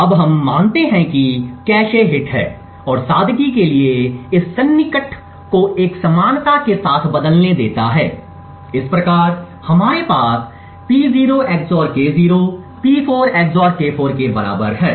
अब हम मानते हैं कि कैश हिट है और सादगी के लिए इस सन्निकटन को एक समानता के साथ बदलने देता है इस प्रकार हमारे पास P0 XOR K0P4 XOR K4 के बराबर है